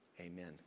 Amen